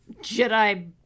Jedi